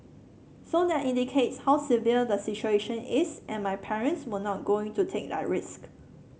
so that indicates how severe the situation is and my parents were not going to take that risk